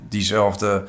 Diezelfde